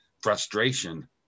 frustration